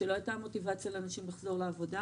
שלא הייתה מוטיבציה לאנשים לחזור לעבודה.